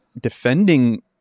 defending